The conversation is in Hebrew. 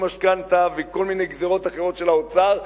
משכנתה וכל מיני גזירות אחרות של האוצר.